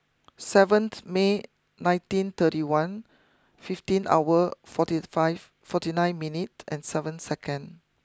seventh May nineteen thirty one fifteen hour forty five forty nine minute and seven second